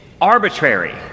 arbitrary